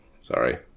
sorry